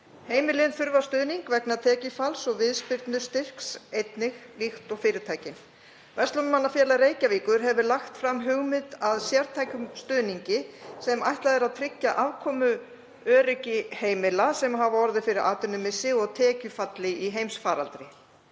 Heimilin þurfa stuðning vegna tekjufalls og viðspyrnustyrk líkt og fyrirtækin. Verslunarmannafélag Reykjavíkur hefur lagt fram hugmynd að sértækum stuðningi sem ætlað er að tryggja afkomuöryggi heimila sem hafa orðið fyrir atvinnumissi og tekjufalli í heimsfaraldri.